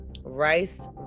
Rice